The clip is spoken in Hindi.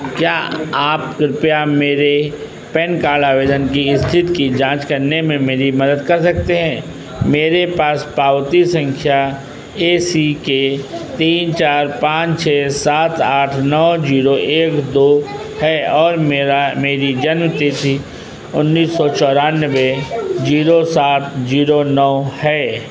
क्या आप कृपया मेरे पैन कार्ड आवेदन की स्थिति की जांच करने में मेरी मदद कर सकते हैं मेरे पास पावती संख्या ए सी के तीन चार पान छः सात आठ नौ जीरो एक दो है और मेरा मेरी जन्म तिथि उन्नीस सौ चौरानवे जीरो सात जीरो नौ है